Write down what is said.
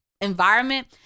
environment